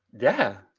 yeah.